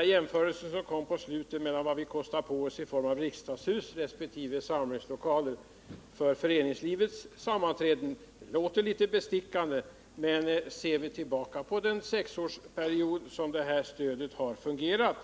Åke Wictorssons jämförelse mellan vad vi kostar på oss i form av ett nytt riksdagshus och samlingslokaler för föreningslivet låter litet bestickande. Men ser vi tillbaka på den sexårsperiod under vilken tid detta stöd har fungerat,